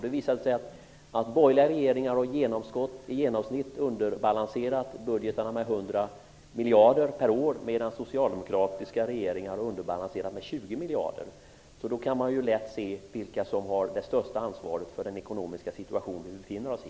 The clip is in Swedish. Det visar sig att borgerliga regeringar i genomsnitt har underbalanserat budgetarna med 100 miljarder per år medan socialdemokratiska regeringar har underbalanserat med 20 miljarder. Då kan man lätt se vilka som har det största ansvaret för den ekonomiska situation vi befinner oss i.